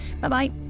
Bye-bye